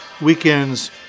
weekends